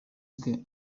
bwe